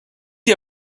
dir